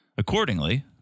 Accordingly